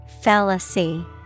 Fallacy